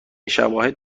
شواهد